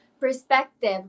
perspective